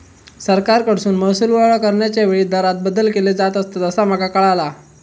सरकारकडसून महसूल गोळा करण्याच्या वेळी दरांत बदल केले जात असतंत, असा माका कळाला